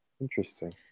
Interesting